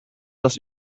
das